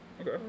Okay